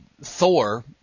Thor